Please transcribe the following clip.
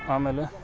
ಆಮೇಲೆ